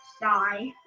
Die